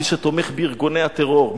מי שתומך בארגוני הטרור,